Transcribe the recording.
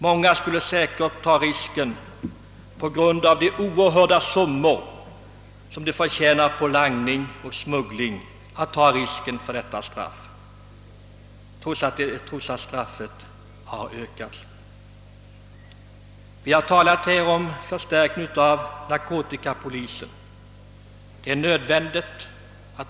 Många skulle säkert, på grund av de oerhörda summor de förtjänar på langning och smuggling, ta risken trots att straffet har ökats. Man har också talat om förstärkning av narkotikapolisen.